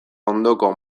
ondoko